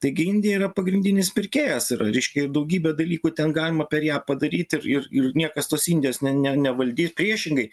taigi indija yra pagrindinis pirkėjas yra reiškia daugybę dalykų ten galima per ją padaryti ir ir ir niekas tos indijos ne ne nevaldys priešingai